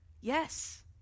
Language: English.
Yes